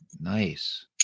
Nice